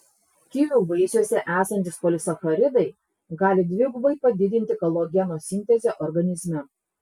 kivių vaisiuose esantys polisacharidai gali dvigubai padidinti kolageno sintezę organizme